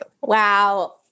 Wow